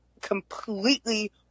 completely